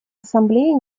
ассамблеи